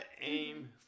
aim